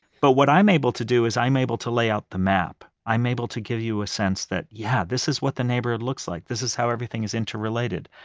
but what i'm able to do is i'm able to lay out the map. i'm able to give you a sense that yeah, this is what the neighborhood looks like, this is how everything is interrelated.